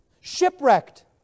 shipwrecked